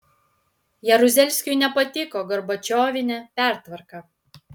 jaruzelskiui nepatiko gorbačiovinė pertvarka